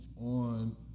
on